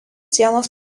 sienos